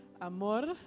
Amor